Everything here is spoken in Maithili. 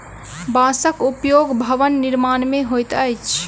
बांसक उपयोग भवन निर्माण मे होइत अछि